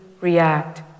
react